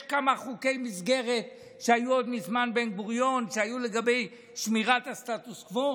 יש כמה חוקי מסגרת שהיו עוד מזמן בן-גוריון שהיו לגבי שמירת הסטטוס קוו.